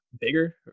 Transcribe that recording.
bigger